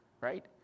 right